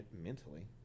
mentally